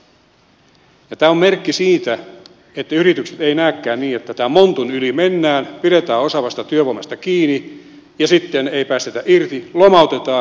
tämä on merkki siitä että yritykset eivät näekään niin että tämän montun yli mennään pidetään osaavasta työvoimasta kiinni ja sitten ei päästetä irti lomautetaan ei irtisanota